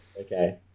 Okay